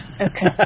Okay